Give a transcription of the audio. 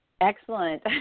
Excellent